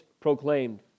proclaimed